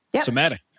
Somatic